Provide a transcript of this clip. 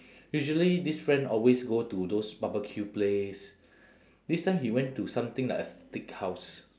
usually this friend always go to those barbecue place this time he went to something like a steakhouse